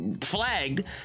flagged